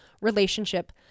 relationship